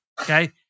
Okay